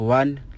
one